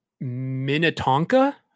minnetonka